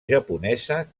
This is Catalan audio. japonesa